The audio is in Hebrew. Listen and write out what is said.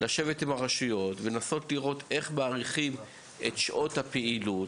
לשבת עם הרשויות ולנסות לראות איך מאריכים את שעות הפעילות.